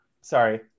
sorry